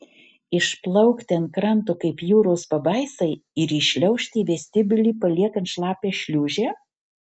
išplaukti ant kranto kaip jūros pabaisai ir įšliaužti į vestibiulį paliekant šlapią šliūžę